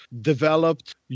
developed